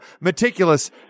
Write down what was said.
meticulous